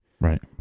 Right